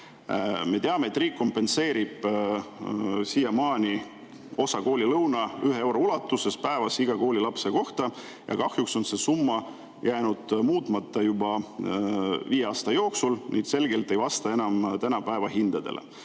Me teame, et riik kompenseerib siiamaani osa koolilõunast, ühe euro ulatuses päevas iga koolilapse kohta. Kahjuks on see summa jäänud muutmata juba viie aasta jooksul, aga on selge, et see ei vasta see enam tänapäeva hindadele.